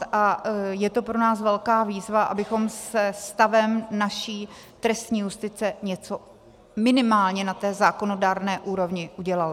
A je to pro nás velká výzva, abychom se stavem naší trestní justice něco minimálně na té zákonodárné úrovni udělali.